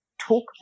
talk